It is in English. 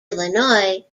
illinois